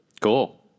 Cool